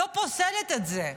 אני לא פוסלת את זה.